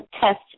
test